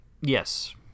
Yes